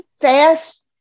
Fast